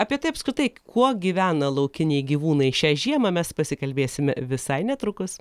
apie tai apskritai kuo gyvena laukiniai gyvūnai šią žiemą mes pasikalbėsime visai netrukus